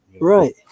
right